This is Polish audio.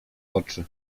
oczy